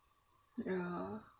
ya